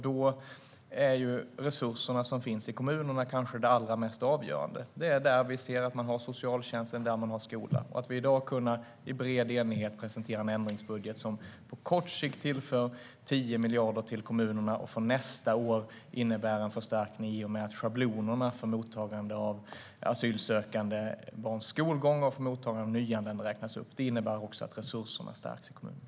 Då är resurserna i kommunerna det kanske allra mest avgörande. Det är där man har socialtjänst, och det är där man har skola. Att i dag i bred enighet kunna presentera en ändringsbudget som på kort sikt tillför 10 miljarder till kommunerna och för nästa år innebär en förstärkning, i och med att schablonerna för asylsökande barns skolgång och för mottagande av nyanlända räknas upp, innebär att resurserna stärks i kommunerna.